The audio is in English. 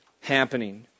happening